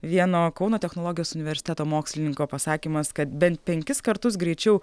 vieno kauno technologijos universiteto mokslininko pasakymas kad bent penkis kartus greičiau